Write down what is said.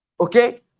okay